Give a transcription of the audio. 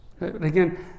Again